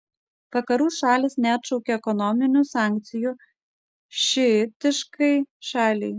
vakarų šalys neatšaukė ekonominių sankcijų šiitiškai šaliai